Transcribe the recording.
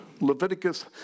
Leviticus